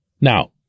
Now